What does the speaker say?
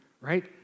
right